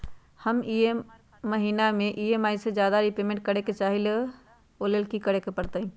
हम ई महिना में ई.एम.आई से ज्यादा रीपेमेंट करे के चाहईले ओ लेल की करे के परतई?